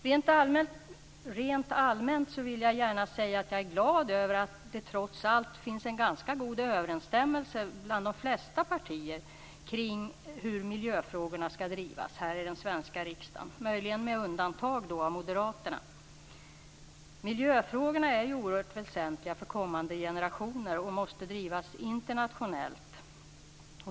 Rent allmänt vill jag gärna säga att jag är glad över att det trots allt finns en ganska god överensstämmelse bland de flesta partier kring hur miljöfrågorna skall drivas här i den svenska riksdagen, möjligen med undantag för moderaterna. Miljöfrågorna är oerhört väsentliga för kommande generationer och måste drivas internationellt.